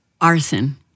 Arson